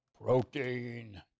protein